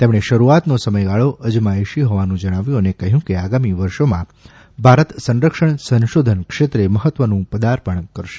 તેમણે શરૂઆતનો સમયગાળો અજમાયશી હોવાનું જણાવ્યુ અને કહ્યુ કે આગામી વર્ષોમાં ભારત સંરક્ષણ સંશોધન ક્ષેત્રે મહત્વનું પદાર્પણ કરશે